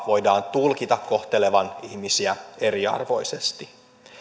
voidaan tulkita kohtelevan ihmisiä eriarvoisesti